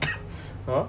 !huh!